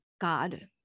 God